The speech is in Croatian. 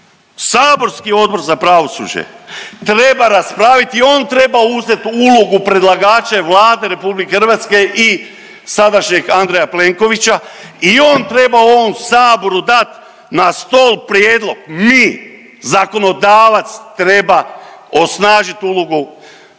Saborski Odbor za pravosuđe treba raspraviti i on treba uzet ulogu predlagača i Vlade RH i sadašnjeg Andreja Plenkovića i on treba u ovom saboru dat na stol prijedlog. Mi, zakonodavac treba osnažit ulogu